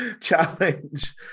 challenge